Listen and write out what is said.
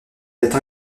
date